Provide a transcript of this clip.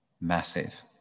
massive